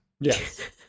Yes